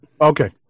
Okay